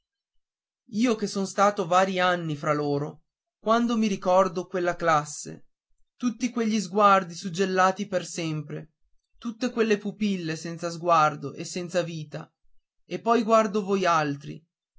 io che son stato vari anni fra loro quando mi ricordo quella classe tutti quegli occhi suggellati per sempre tutte quelle pupille senza sguardo e senza vita e poi guardo voi altri